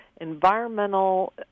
Environmental